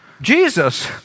Jesus